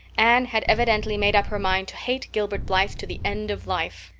anne had evidently made up her mind to hate gilbert blythe to the end of life.